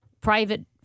private